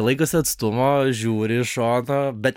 laikos atstumo žiūri iš šono bet